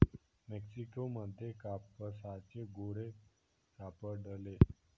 Mexico मध्ये कापसाचे गोळे सापडले